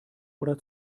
oder